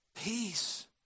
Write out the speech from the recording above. Peace